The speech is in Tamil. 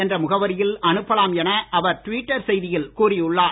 என்ற முகவரியில் அனுப்பலாம் என அவர் டுவிட்டர் செய்தியில் கூறி உள்ளார்